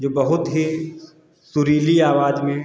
जो बहुत ही सुरीली आवाज में